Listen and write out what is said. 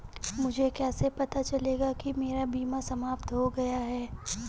मुझे कैसे पता चलेगा कि मेरा बीमा समाप्त हो गया है?